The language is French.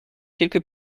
quelques